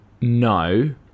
no